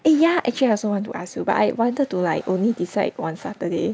eh ya actually I also want to ask you but I wanted to like only decide on Saturday